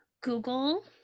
Google